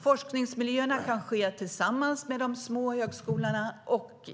Forskningsmiljöerna kan vara tillsammans med de små högskolorna och